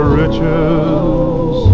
riches